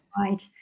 right